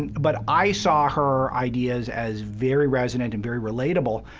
and but i saw her ideas as very resonant and very relatable,